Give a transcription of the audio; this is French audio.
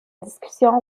discussion